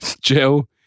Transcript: Jill